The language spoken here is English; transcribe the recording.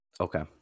Okay